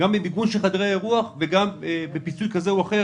גם במיגון של חדרי אירוח וגם בפיצוי כזה או אחר